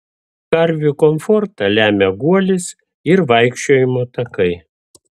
karvių komfortą lemia guolis ir vaikščiojimo takai